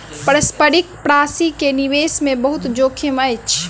पारस्परिक प्राशि के निवेश मे बहुत जोखिम अछि